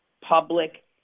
public